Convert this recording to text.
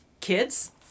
kids